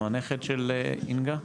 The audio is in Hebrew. הנכד של אינגה,